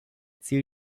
ziel